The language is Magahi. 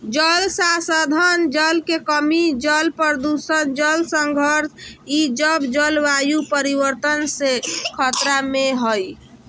जल संसाधन, जल के कमी, जल प्रदूषण, जल संघर्ष ई सब जलवायु परिवर्तन से खतरा में हइ